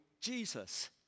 Jesus